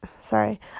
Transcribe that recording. sorry